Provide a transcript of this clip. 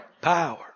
Power